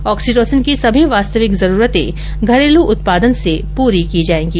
oxytocin की सभी वास्तविक जरूरतें घरेलू उत्पादन से पूरी की जाएंगी